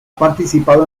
participado